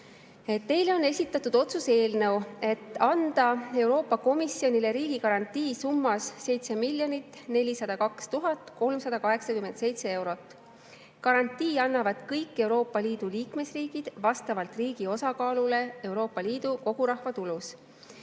Teile on esitatud otsuse eelnõu, et anda Euroopa Komisjonile riigigarantii summas 7 402 387 eurot. Garantii annavad kõik Euroopa Liidu liikmesriigid vastavalt riigi osakaalule Euroopa Liidu kogurahvatulus.